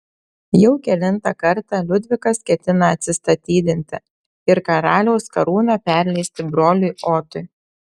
jau kelintą kartą liudvikas ketina atsistatydinti ir karaliaus karūną perleisti broliui otui